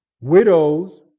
widows